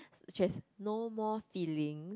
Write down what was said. she has no more feeling